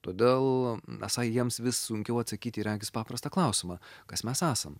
todėl esą jiems vis sunkiau atsakyti į regis paprastą klausimą kas mes esam